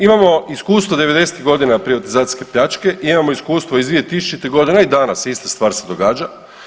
Imamo iskustvo '90.-ih godina privatizacijske pljačke, imamo iskustvo iz '20.-ih godina i danas ista stvar se događa.